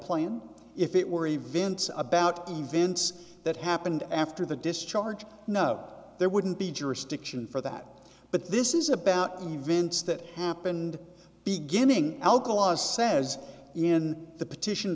plan if it were events about events that happened after the discharge no there wouldn't be jurisdiction for that but this is about events that happened beginning alkalis says in the petition